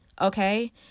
okay